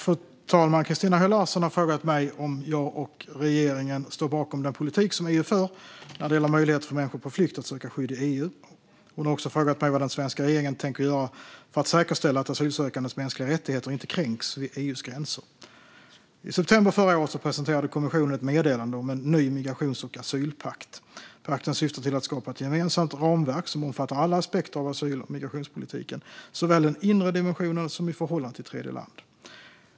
Fru talman! Christina Höj Larsen har frågat mig om jag och regeringen står bakom den politik som EU för när det gäller möjligheter för människor på flykt att söka skydd i EU. Hon har också frågat mig vad den svenska regeringen tänker göra för att säkerställa att asylsökandes mänskliga rättigheter inte kränks vid EU:s gräns. I september förra året presenterade kommissionen ett meddelande om en ny migrations och asylpakt. Pakten syftar till att skapa ett gemensamt ramverk som omfattar alla aspekter av asyl och migrationspolitiken, såväl i den inre dimensionen som i förhållande till tredjeland.